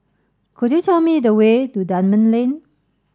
could you tell me the way to Dunman Lane